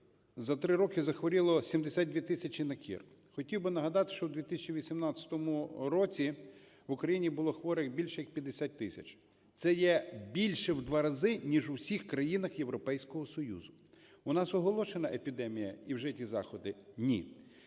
за 3 роки захворіло 72 тисячі на кір. Хотів би нагадати, що у 2018 році в Україні було хворих більше як 50 тисяч. Це є більше в два рази, ніж в усіх країнах Європейського Союзу. У нас оголошена епідемія і вжиті заходи? Ні.